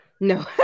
No